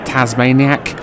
Tasmaniac